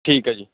ਠੀਕ ਹੈ ਜੀ